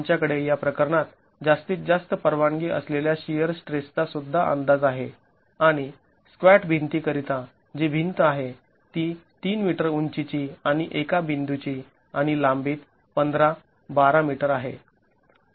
आमच्याकडे या प्रकरणात जास्तीत जास्त परवानगी असलेल्या शिअर स्ट्रेसचा सुद्धा अंदाज आहे आणि स्क्वॅट भिंती करिता जी भिंत आहे ती ३ मीटर उंचीची आणि एका बिंदूची आणि लांबीत १५ १२ मीटर आहे